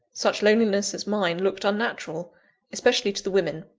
such loneliness as mine looked unnatural especially to the women.